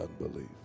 unbelief